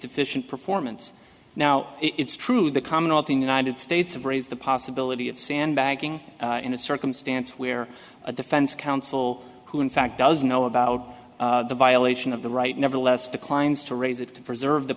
deficient performance now it's true the commonality in united states have raised the possibility of sandbagging in a circumstance where a defense counsel who in fact does know about the violation of the right nevertheless declines to raise it to preserve the